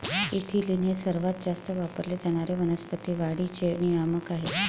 ethylene हे सर्वात जास्त वापरले जाणारे वनस्पती वाढीचे नियामक आहे